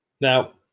Now